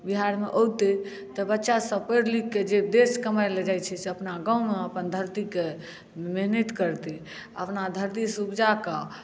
बिहारमे औतै तऽ बच्चासभ पढ़ि लिखि कऽ जे देश कमाइ लेल जाइत छै से अपना गाममे अपन धरतीके मेहनति करतै अपना धरतीसँ उपजा कऽ